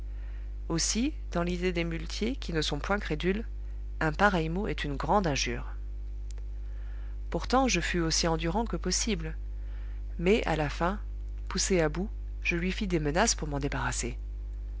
aussi dans l'idée des muletiers qui ne sont point crédules un pareil mot est une grande injure pourtant je fus aussi endurant que possible mais à la fin poussé à bout je lui fis des menaces pour m'en débarrasser